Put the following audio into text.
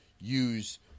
use